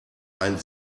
ein